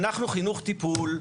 אנחנו חינוך טיפול,